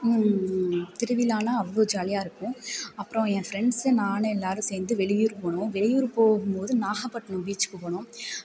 திருவிழானால் அவ்வளோ ஜாலியாக இருக்கும் அப்புறம் என் ஃப்ரெண்ட்ஸ் நான் எல்லாேரும் சேர்ந்து வெளியூர் போனோம் வெளியூர் போகும் போது நாகப்பட்டணம் பீச்சுக்கு போனோம்